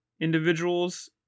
individuals